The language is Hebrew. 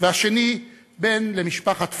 והשני בן למשפחת פריג'